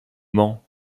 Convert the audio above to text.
mans